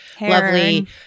lovely